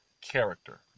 character